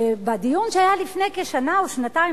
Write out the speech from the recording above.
ובדיון שהיה בבית-המשפט לפני כשנה או שנתיים,